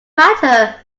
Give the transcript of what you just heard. matter